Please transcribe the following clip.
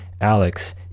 Alex